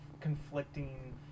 conflicting